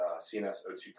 CNSO2